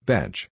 Bench